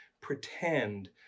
pretend